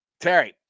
Terry